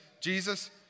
Jesus